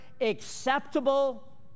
acceptable